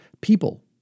People